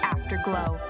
Afterglow